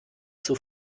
zur